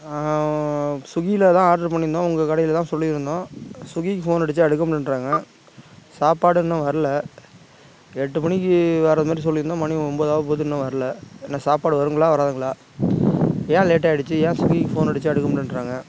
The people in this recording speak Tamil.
ஸ்விக்கில தான் ஆர்டர் பண்ணிருந்தோம் உங்கள் கடையில் தான் சொல்லிருந்தோம் ஸ்விக்கிக்கு ஃபோன் அடிச்சால் எடுக்க மாட்டேறாங்க சாப்பாடு இன்னும் வரல எட்டு மணிக்கு வர மாதிரி சொல்லிருந்தோம் மணி ஒம்பது ஆக போகுது இன்னும் வரல என்ன சாப்பாடு வருங்களா வராதுங்களா ஏன் லேட் ஆயிடுச்சு ஏன் ஸ்விக்கிக்கு ஃபோன் அடிச்சால் எடுக்க மாட்டேன்றாங்க